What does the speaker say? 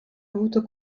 avuto